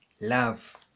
love